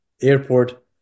airport